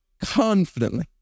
confidently